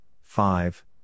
five